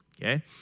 Okay